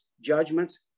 judgments